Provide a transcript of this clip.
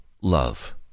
love